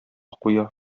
куя